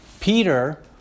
Peter